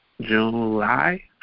July